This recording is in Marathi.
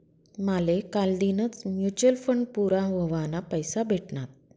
माले कालदीनच म्यूचल फंड पूरा व्हवाना पैसा भेटनात